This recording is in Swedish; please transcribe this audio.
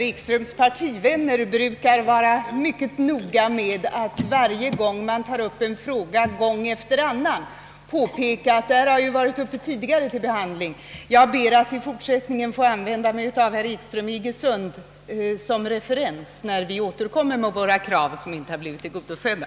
Herr talman! Vid varje tillfälle man tar upp en fråga som behandlats flera gånger tidigare, brukar herr Ekströms partivänner vara mycket noga med att påpeka detta. I fortsättningen skall jag emellertid be att få anlita herr Ekström i Iggesund som referens när vi återkommer med krav som inte blivit tillgodosedda.